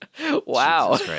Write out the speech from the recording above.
Wow